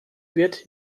wird